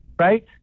right